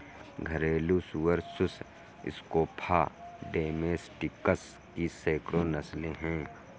घरेलू सुअर सुस स्क्रोफा डोमेस्टिकस की सैकड़ों नस्लें हैं